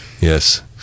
Yes